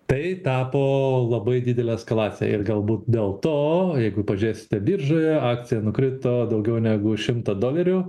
tai tapo labai didele eskalacija ir galbūt dėl to jeigu pažiūrėsite biržoje akcija nukrito daugiau negu šimtą dolerių